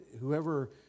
Whoever